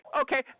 Okay